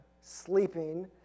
sleeping